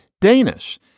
Danish